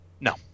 No